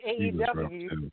AEW